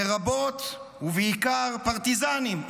לרבות ובעיקר פרטיזנים.